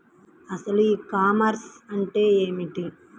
అసలు ఈ కామర్స్ అంటే ఏమిటి?